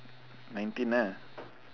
nineteen lah